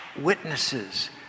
witnesses